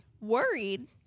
worried